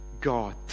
God